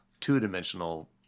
two-dimensional